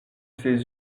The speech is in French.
ses